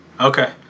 Okay